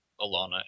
alana